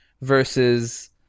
versus